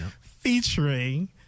featuring